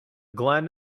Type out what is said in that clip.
glen